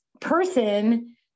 person